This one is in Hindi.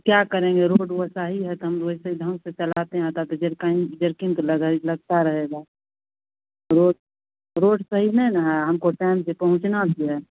क्या करेंगे रोड वैसा ही है तो हम तो वैसे ढंग से चलाते हैं ताकि जरकाई जरकिन्ग तो लगा ही लगता रहेगा रोड रोड सही नहीं ना है हमको टाइम पर पहुँचना भी है